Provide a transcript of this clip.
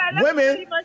Women